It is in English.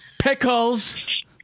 Pickles